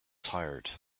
tired